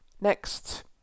Next